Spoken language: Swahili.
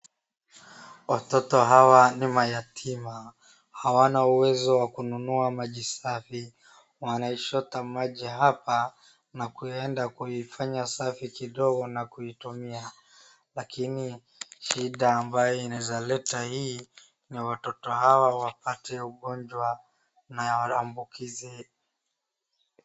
Watoto hawa ni mayatima hawana uwezo wa kununua maji safi. Wanaichota maji hapa na kuenda kuifanya safi kidogo na kuitumia. Lakini shida ambayo inazaleta hii ni watoto hawa wapate ugonjwa na wambukizi.